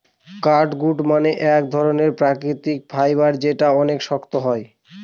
catgut মানে এক ধরনের প্রাকৃতিক ফাইবার যেটা অনেক শক্ত হয়